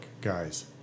guys